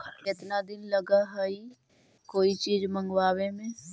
केतना दिन लगहइ कोई चीज मँगवावे में?